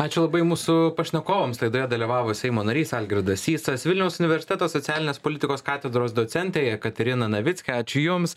ačiū labai mūsų pašnekovams laidoje dalyvavo seimo narys algirdas sysas vilniaus universiteto socialinės politikos katedros docentė jekaterina navickė ačiū jums